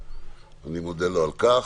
אני מודה לו על כך.